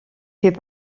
fait